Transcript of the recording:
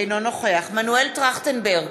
אינו נוכח מנואל טרכטנברג,